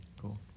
Cool